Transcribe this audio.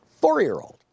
four-year-old